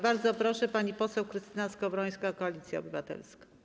Bardzo proszę, pani poseł Krystyna Skowrońska, Koalicja Obywatelska.